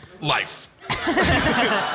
life